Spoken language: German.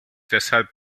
deshalb